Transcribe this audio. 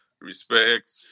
respect